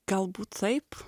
galbūt taip